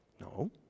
No